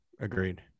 Agreed